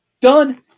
done